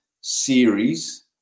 series